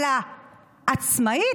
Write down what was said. אבל העצמאית,